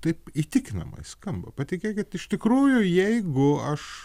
taip įtikinamai skamba patikėkit iš tikrųjų jeigu aš